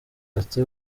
bati